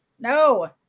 No